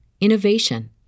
innovation